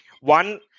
one